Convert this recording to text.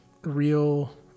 real